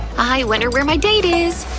i wonder where my date is!